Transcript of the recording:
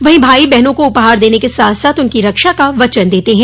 वहीं भाई बहनों को उपहार देने के साथ साथ उनकी रक्षा का वचन देते हैं